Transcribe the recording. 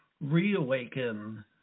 reawaken